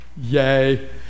yay